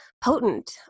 potent